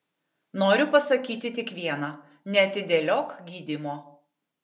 noriu pasakyti tik viena neatidėliok gydymo